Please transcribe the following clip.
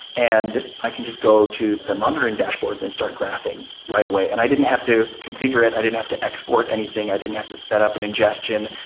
and i can just go to the monitoring dashboards and start graphing right away. and i didn't have to configure it. i didn't have to export anything. i didn't have to set up an ingestion.